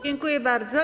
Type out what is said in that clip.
Dziękuję bardzo.